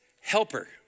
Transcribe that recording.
Helper